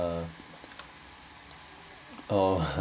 uh oh